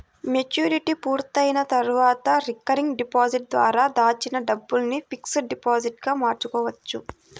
maturity పూర్తయిన తర్వాత recurring deposit ద్వారా దాచిన డబ్బును ఫిక్స్డ్ డిపాజిట్ గా మార్చుకోవచ్చు